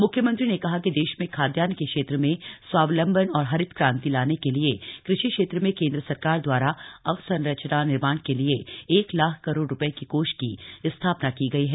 मुख्यमंत्री ने कहा कि देश में खाद्यान्न के क्षेत्र में स्वावलम्बन और हरित क्रांति लाने के लिए कृषि क्षेत्र में केंद्र सरकार द्वारा अवसंरचना निर्माण के लिए एक लाख करोड़ रूपये की कोष की स्थापना की गई है